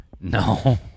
No